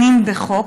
בחוק.